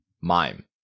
mime